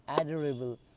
adorable